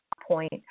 point